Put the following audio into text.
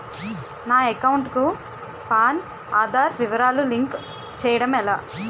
నా అకౌంట్ కు పాన్, ఆధార్ వివరాలు లింక్ చేయటం ఎలా?